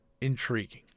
Intriguing